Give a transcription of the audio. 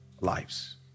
lives